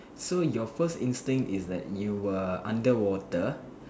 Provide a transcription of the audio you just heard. so your first instinct is that you were underwater